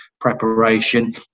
preparation